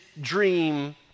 dream